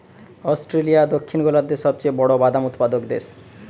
Australia দক্ষিণ গোলার্ধের সবচেয়ে বড় বাদাম উৎপাদক দেশ